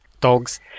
Dogs